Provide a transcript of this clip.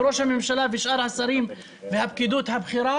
מראש הממשלה ושאר השרים והפקידים הבכירה.